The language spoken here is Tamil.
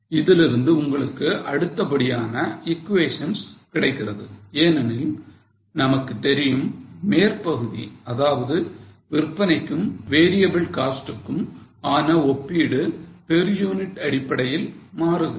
இதிலிருந்து உங்களுக்கு அடுத்தபடியான equations கிடைக்கிறது ஏனெனில் நமக்கு தெரியும் மேற்பகுதி அதாவது விற்பனைக்கும் variable cost க்கும் ஆன ஒப்பீடு per unit அடிப்படையில் மாறுகிறது